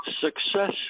Success